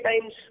Times